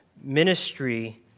ministry